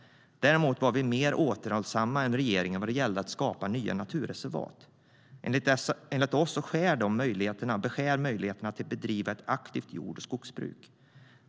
Däremot var vi mer återhållsamma än regeringen vad gällde att skapa nya naturreservat. Enligt oss beskär detta möjligheterna att bedriva ett aktivt jord och skogsbruk.